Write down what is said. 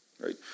right